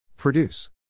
Produce